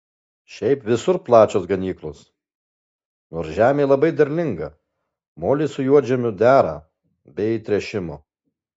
šiaip visur plačios ganyklos nors žemė labai derlinga molis su juodžemiu dera be įtręšimo